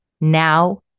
now